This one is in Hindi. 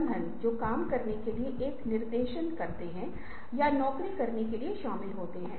नई लाइनों की खोज की संभावना मौजूद नहीं हो सकती है